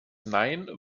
nein